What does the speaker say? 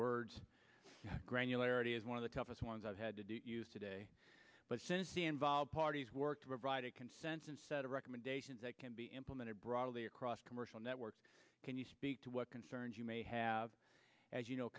granularity is one of the toughest ones i've had to do used today but since the involved parties work to provide a consensus set of recommendations that can be implemented broadly across commercial networks can you speak to what concerns you may have as you know